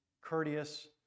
courteous